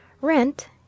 rent